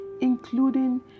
including